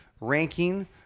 ranking